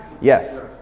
Yes